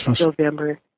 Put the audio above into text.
November